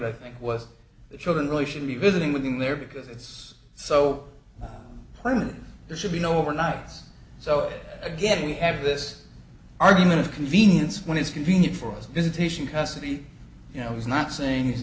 think was the children really should be visiting with him there because it's so there should be no we're not so again we have this argument of convenience when it's convenient for us visitation custody you know he's not saying he's